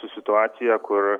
su situacija kur